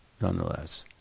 nonetheless